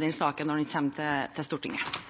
den saken når den kommer til Stortinget. Til